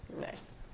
Nice